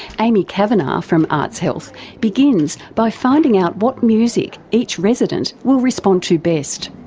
aimee cavanagh from arts health begins by finding out what music each resident will respond to best.